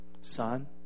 son